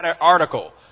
article